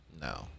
no